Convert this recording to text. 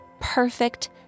perfect